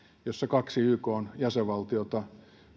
jossa kaksi ykn jäsenvaltiota